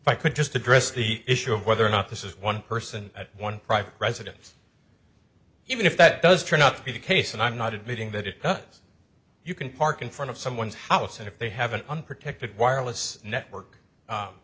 if i could just address the issue of whether or not this is one person at one private residence even if that does turn out to be the case and i'm not admitting that it does you can park in front of someone's house if they have an unprotected wireless network